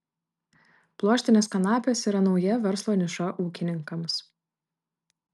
pluoštinės kanapės yra nauja verslo niša ūkininkams